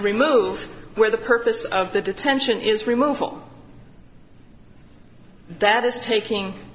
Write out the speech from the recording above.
remove where the purpose of the detention is removed that is taking